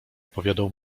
opowiadał